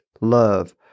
love